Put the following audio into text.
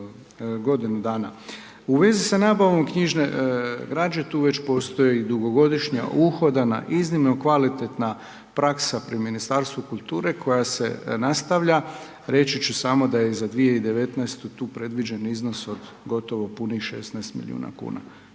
godinu dana. U vezi sa nabavom knjižne građe tu već postoji dugogodišnja uhodana, iznimno kvalitetna praksa pri Ministarstvu kulture koja se nastavlja. Reći ću samo da je za 2019. tu predviđen iznos od gotovo punih 16 milijuna kuna.